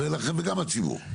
וגם הציבור.